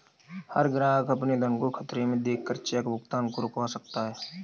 हर ग्राहक अपने धन को खतरे में देख कर चेक भुगतान को रुकवा सकता है